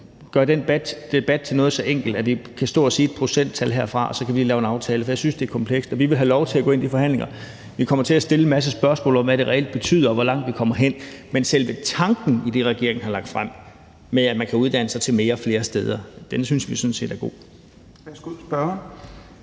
gøre den debat til noget så enkelt, at vi kan stå og sige et procenttal herfra, og så kan vi lave en aftale, for jeg synes, det er komplekst. Vi vil have lov til at gå ind i forhandlinger, og vi kommer til at stille en masse spørgsmål om, hvad det reelt betyder, og hvor langt vi kommer hen, men selve tanken i det, regeringen har lagt frem, med, at man kan uddanne sig til mere flere steder, synes vi sådan set er god. Kl. 16:37 Tredje